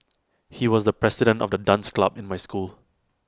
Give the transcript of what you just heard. he was the president of the dance club in my school